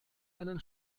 einen